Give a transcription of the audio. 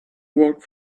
work